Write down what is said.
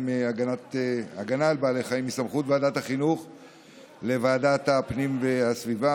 (הגנה על בעלי חיים) מסמכות ועדת החינוך לוועדת הפנים וסביבה.